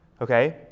Okay